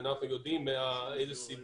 אנחנו יודעים את הסיבות,